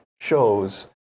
shows